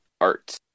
art